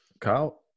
Kyle